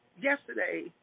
yesterday